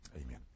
Amen